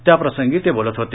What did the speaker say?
त्याप्रसंगी ते बोलत होते